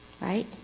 right